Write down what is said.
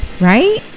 Right